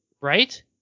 right